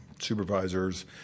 supervisors